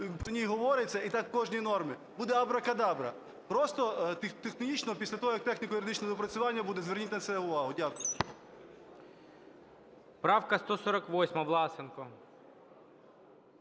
про неї говориться, і так в кожній нормі, буде абракадабра. Просто технічно, після того, як техніко-юридичне доопрацювання буде, зверніть на це увагу. Дякую. ГОЛОВУЮЧИЙ. Правка 148, Власенко.